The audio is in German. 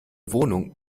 wohnung